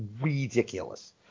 ridiculous